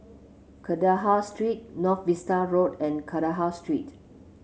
Kandahar Street North Vista Road and Kandahar Street